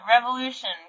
revolution